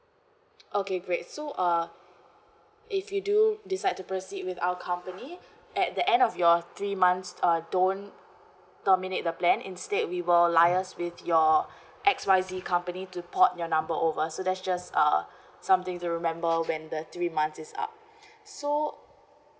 okay great so uh if you do decide to proceed with our company at the end of your three months uh don't terminate the plan instead we will liaise with your X Y Z company to port your number over so that's just uh something to remember when the three months is up so